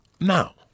Now